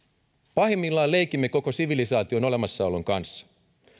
pahimmillaan leikimme koko sivilisaation olemassaolon kanssa